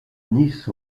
nice